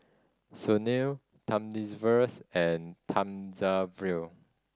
Sunil Thamizhavels and Thamizhavel